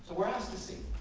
we're asked to see.